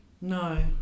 no